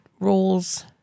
rules